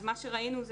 מה שראינו,